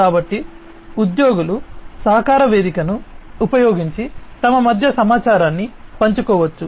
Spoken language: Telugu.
కాబట్టి ఉద్యోగులు సహకార వేదికను ఉపయోగించి తమ మధ్య సమాచారాన్ని పంచుకోవచ్చు